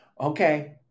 Okay